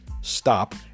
stop